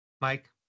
Mike